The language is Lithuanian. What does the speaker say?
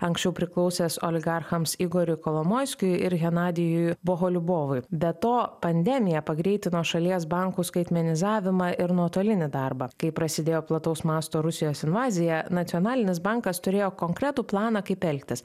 anksčiau priklausęs oligarchams igoriui kolomoiskiui ir henadijui boholiubovui be to pandemija pagreitino šalies bankų skaitmenizavimą ir nuotolinį darbą kai prasidėjo plataus masto rusijos invazija nacionalinis bankas turėjo konkretų planą kaip elgtis